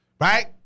right